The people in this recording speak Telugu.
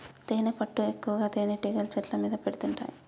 తేనెపట్టు ఎక్కువగా తేనెటీగలు చెట్ల మీద పెడుతుంటాయి